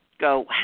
Go